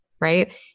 Right